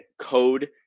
code